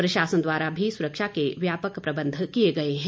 प्रशासन द्वारा भी सुरक्षा के व्यापक प्रबंध किए गए हैं